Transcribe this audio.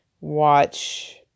watch